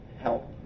help